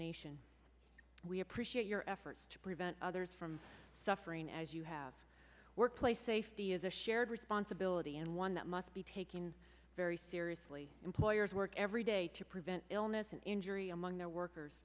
nation we appreciate your efforts to prevent others from suffering as you have workplace safety is a shared responsibility and one that must be taken very seriously employers work every day to prevent illness and injury among their workers